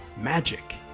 Magic